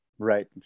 Right